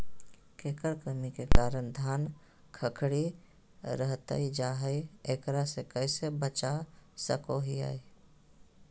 केकर कमी के कारण धान खखड़ी रहतई जा है, एकरा से कैसे बचा सको हियय?